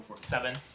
Seven